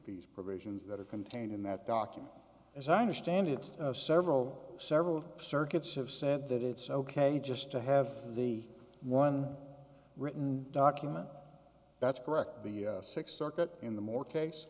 these provisions that are contained in that document as i understand it several several of circuits have said that it's ok just to have the one written document that's correct the six circuit in the more case